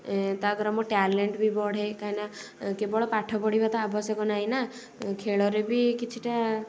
ତା ଦ୍ୱାରା ମୋ ଟ୍ୟାଲେଣ୍ଟ୍ ବି ବଢ଼େ କାହିଁକି ନା କେବଳ ପାଠ ପଢ଼ିବା ତ ଆବଶ୍ୟକ ନାହିଁ ନା ଖେଳରେ ବି କିଛିଟା